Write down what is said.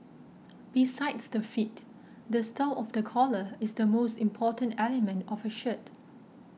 besides the fit the style of the collar is the most important element of a shirt